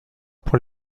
pour